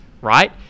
right